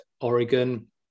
Oregon